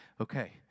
okay